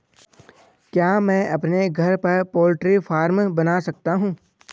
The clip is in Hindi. क्या मैं अपने घर पर पोल्ट्री फार्म बना सकता हूँ?